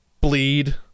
bleed